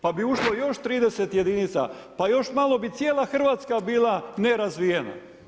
Pa bi ušlo još 30 jedinica, pa još malo bi cijela Hrvatska bila nerazvijena.